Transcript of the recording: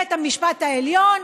בית המשפט העליון,